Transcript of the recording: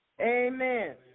Amen